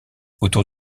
autour